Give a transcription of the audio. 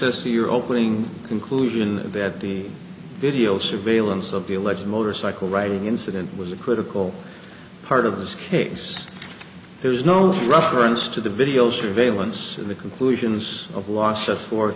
as to your opening conclusion that the video surveillance of the alleged motorcycle writing incident was a critical part of this case there's no reference to the video surveillance of the conclusions of law set forth